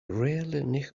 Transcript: rarely